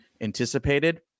anticipated